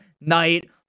Night